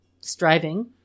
striving